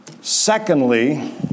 Secondly